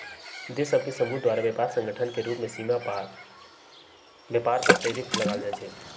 देश सभ के समूह द्वारा व्यापार संगठन के रूप में सीमा पार व्यापार पर टैरिफ लगायल जाइ छइ